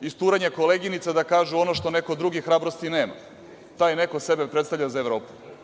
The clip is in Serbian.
isturanje koleginica da kažu ono što neko drugi hrabrosti nema. Taj neko sebe predstavlja za Evropu.